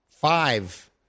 five